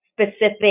specific